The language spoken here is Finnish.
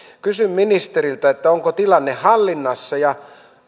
kysyn ministeriltä onko tilanne hallinnassa ja